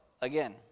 again